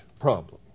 problem